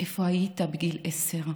איפה היית בגיל עשר?